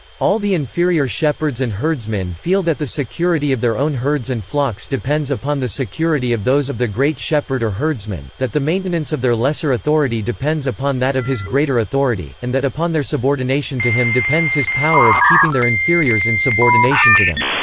all the inferior shepherds and herdsmen feel that the security of their own herds and flocks depends upon the security of those of the great shepherd or herdsman that the maintenance of their lesser authority depends upon that of his greater authority, and that upon their subordination to him depends his power of keeping their inferiors in subordination to them.